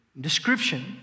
description